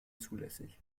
zulässig